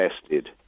tested